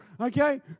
Okay